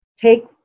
take